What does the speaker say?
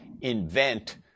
invent –